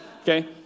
Okay